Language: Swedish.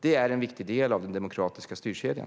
Det är en viktig del av den demokratiska styrkedjan.